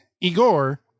Igor